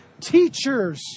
teachers